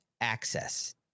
access